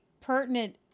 pertinent